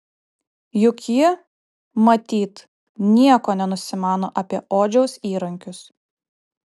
juk ji matyt nieko nenusimano apie odžiaus įrankius